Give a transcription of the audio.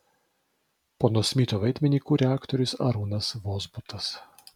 pono smito vaidmenį kuria aktorius arūnas vozbutas